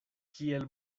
kiel